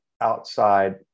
outside